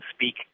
speak